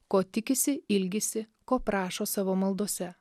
ko tikisi ilgisi ko prašo savo maldose